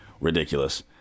ridiculous